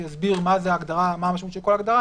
שיסביר מה המשמעות של כל הגדרה,